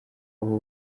abo